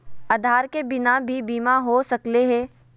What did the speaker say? आधार के बिना भी बीमा हो सकले है?